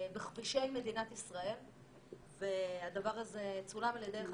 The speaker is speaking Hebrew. בכבישי מדינת ישראל והדבר הזה צולם על ידי אחד